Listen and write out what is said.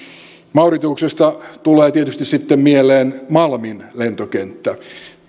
mauritiuksesta tulee tietysti sitten mieleen malmin lentokenttä